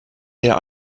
der